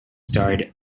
starred